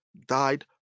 died